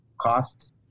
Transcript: costs